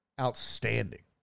outstanding